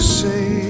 say